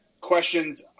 questions